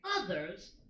others